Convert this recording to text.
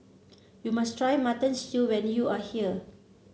you must try Mutton Stew when you are here